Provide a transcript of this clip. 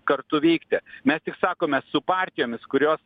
kartu veikti mes tik sakome su partijomis kurios